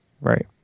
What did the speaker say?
right